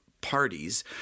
parties—